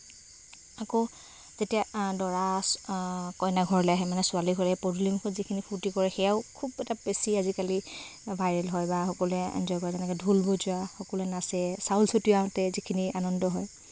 আকৌ যেতিয়া দৰা কইনা ঘৰলৈ আহে মানে ছোৱালীঘৰলৈ পদূলিমূখত যিখিনি ফুৰ্তি কৰে সেয়াও খুব এটা বেছি আজিকালি ভাইৰেল হয় বা সকলোয়ে এনজয় কৰে যেনেকে ঢোল বজোৱা সকলোৱে নাচে চাউল চতিয়াওঁতে যিখিনি আনন্দ হয়